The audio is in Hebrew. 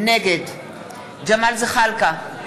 נגד ג'מאל זחאלקה,